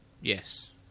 Yes